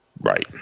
Right